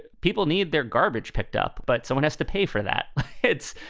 people need their garbage picked up. but someone has to pay for that hits.